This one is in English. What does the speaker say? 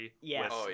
Yes